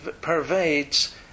pervades